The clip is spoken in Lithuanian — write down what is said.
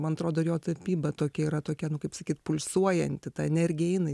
man atrodo ir jo tapyba tokia yra tokia nu kaip sakyt pulsuojanti ta energija eina